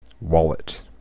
Wallet